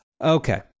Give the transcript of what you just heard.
Okay